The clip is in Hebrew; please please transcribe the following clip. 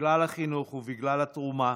בגלל החינוך, בגלל התרומה,